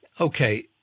Okay